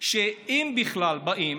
שאם בכלל באים,